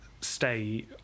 stay